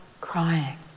crying